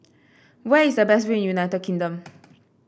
where is the best view in United Kingdom